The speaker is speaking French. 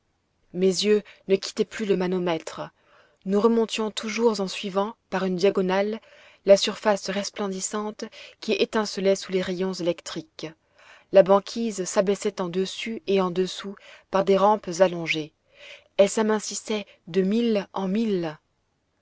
mes yeux ne quittaient plus le manomètre nous remontions toujours en suivant par une diagonale la surface resplendissante qui étincelait sous les rayons électriques la banquise s'abaissait en dessus et en dessous par des rampes allongées elle s'amincissait de mille en mille